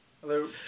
Hello